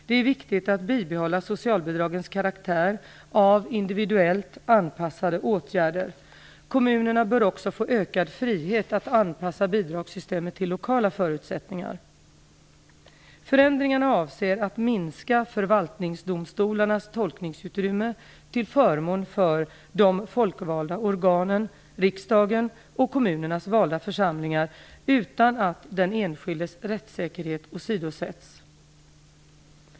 Det är viktigt att bibehålla socialbidragens karaktär av individuellt anpassade åtgärder. Kommunerna bör också få ökad frihet att anpassa bidragssystemet till lokala förutsättningar. Förändringarna avser att minska förvaltningsdomstolarnas tolkningsutrymme till förmån för de folkvalda organen, riksdagen och kommunernas valda församlingar, utan att den enskildes rättssäkerhet åsidosätts.